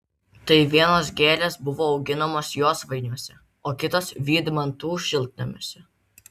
tai vienos gėlės buvo auginamos josvainiuose o kitos vydmantų šiltnamiuose